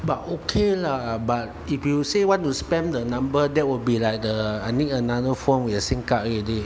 but okay lah but if you say want to spend the number then will be like the I need another phone with a S_I_M card already